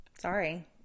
Sorry